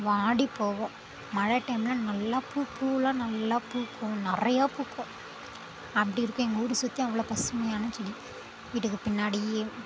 வாடி போகும் மழை டைமில் நல்லா பூ பூவெல்லாம் நல்லா பூக்கும் நிறையா பூக்கும் அப்படி இருக்கும் எங்கள் வீடு சுற்றி அவ்வளோ பசுமையான செடி வீட்டுக்கு பின்னாடி